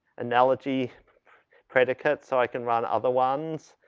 analogy predicates so i can run other ones.